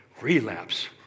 relapse